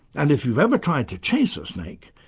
and if you've ever tried to chase a snake,